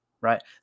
right